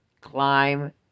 climb